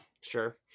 Sure